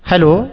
hello